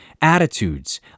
attitudes